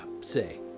say